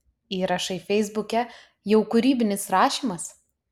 įrašai feisbuke jau kūrybinis rašymas